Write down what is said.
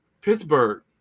Pittsburgh